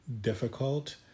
difficult